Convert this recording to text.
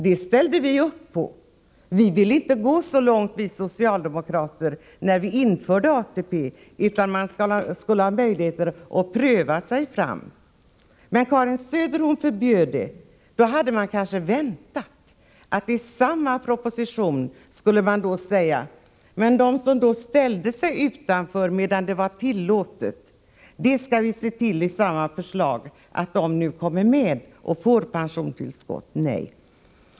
Det ställde vi upp på. Vi ville inte gå så långt, vi socialdemokrater, när vi införde ATP systemet, utan vi ville att människorna skulle ha möjlighet att pröva sig fram. Men Karin Söder utfärdade ett förbud. Då hade man kanske väntat sig att det i samma proposition skulle föreslås att de som ställde sig utanför medan det var tillåtet skulle komma med i systemet och få pensionstillskott. Men nej, så gjorde man inte.